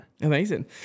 Amazing